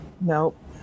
Nope